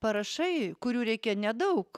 parašai kurių reikia nedaug